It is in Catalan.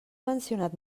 mencionat